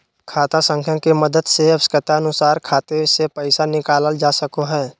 खाता संख्या के मदद से आवश्यकता अनुसार खाते से पैसा निकालल जा सको हय